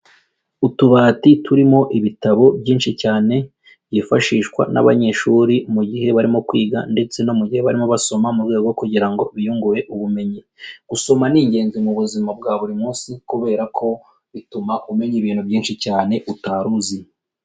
Utubati turimo ibitabo byinshi cyane, byifashishwa n'abanyeshuri mu gihe barimo kwiga ndetse no mu gihe barimo basoma, mu rwego rwo kugira ngo biyungure ubumenyi. Gusoma ni ingenzi mu buzima bwa buri munsi kubera ko bituma umenya ibintu byinshi cyane utari uzi.